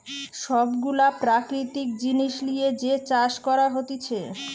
সব গুলা প্রাকৃতিক জিনিস লিয়ে যে চাষ করা হতিছে